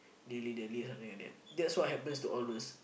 dilly dally something like that this is what happens to all those